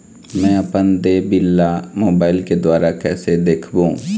मैं अपन देय बिल ला मोबाइल के द्वारा कइसे देखबों?